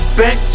back